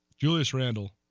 joyce randle